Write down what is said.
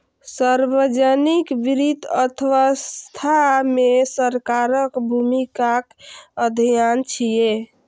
सार्वजनिक वित्त अर्थव्यवस्था मे सरकारक भूमिकाक अध्ययन छियै